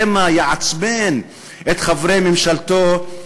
שמא יעצבן את חברי ממשלתו,